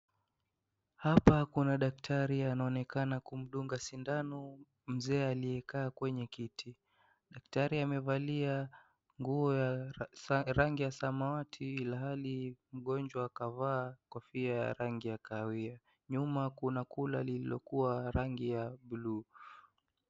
Hapa kuna daktari anayeonekana kumdunga sindano mzee aliyekaa kwenye kiti . Daktari amevalia nguo ya rangi ya samwati ilhali mgonjwa akavaa kofia ya rangi ya kahawia. Nyuma kuna cooler lililokuwa rangi ya buluu.